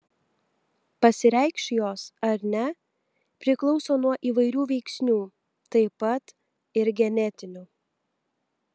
pasireikš jos ar ne priklauso nuo įvairių veiksnių taip pat ir genetinių